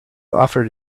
offered